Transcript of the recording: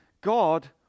God